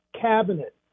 cabinet